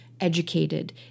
educated